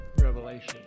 revelation